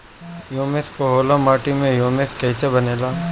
Humus का होला माटी मे ह्यूमस कइसे बनेला?